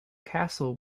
castle